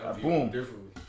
boom